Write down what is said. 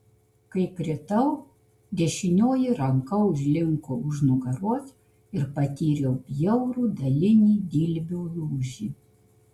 kai kritau dešinioji ranka užlinko už nugaros ir patyriau bjaurų dalinį dilbio lūžį